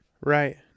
Right